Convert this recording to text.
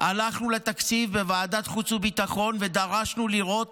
הלכנו לתקציב בוועדת החוץ והביטחון ודרשנו לראות